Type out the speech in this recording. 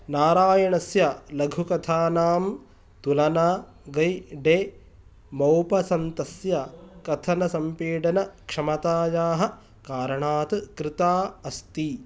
नारायणस्य लघुकथानां तुलना गय् डे मौपस्सन्तस्य कथनसम्पीडनक्षमतायाः कारणात् कृता अस्ति